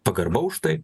pagarba už tai